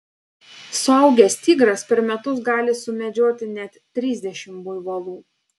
suaugęs tigras per metus gali sumedžioti net trisdešimt buivolų